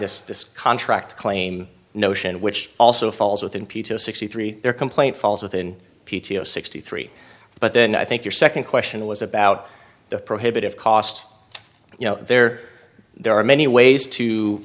this this contract claim notion which also falls within p t o sixty three their complaint falls within p t o sixty three but then i think your second question was about the prohibitive cost you know there are there are many ways to